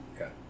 Okay